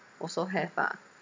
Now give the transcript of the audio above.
also have ah